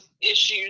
issues